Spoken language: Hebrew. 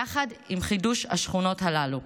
יחד עם חידוש השכונות הללו.